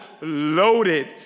loaded